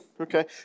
okay